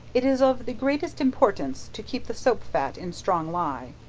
it is of the greatest importance to keep the soap-fat in strong ley.